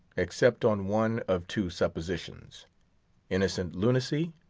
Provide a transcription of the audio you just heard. except on one of two suppositions innocent lunacy,